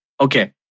okay